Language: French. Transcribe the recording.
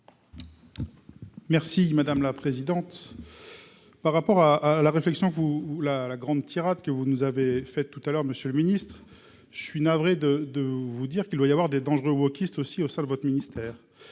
Merci madame la présidente, par rapport à la réflexion que vous hou la la grande tirade que vous nous avez fait tout à l'heure monsieur le Ministre, je suis navré de de vous dire qu'il doit y avoir des dangereux wokistes aussi au salles votre ministère